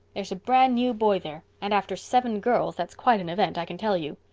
there's a brand new boy there. and after seven girls that's quite an event, i can tell you.